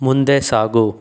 ಮುಂದೆ ಸಾಗು